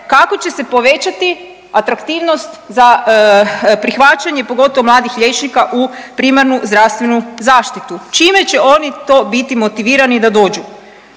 Kako će se povećati atraktivnost za prihvaćanje pogotovo mladih liječnika u primarnu zdravstvenu zaštitu? Čime će oni to biti motivirani da dođu.